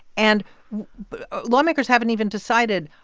and lawmakers haven't even decided,